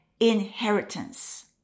inheritance